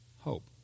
hope